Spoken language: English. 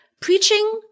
Preaching